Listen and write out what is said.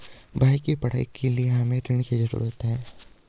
भाई की पढ़ाई के लिए हमे ऋण की जरूरत है